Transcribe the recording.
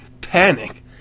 panic